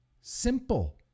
Simple